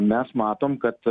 mes matom kad